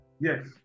Yes